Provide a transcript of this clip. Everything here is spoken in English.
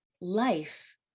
life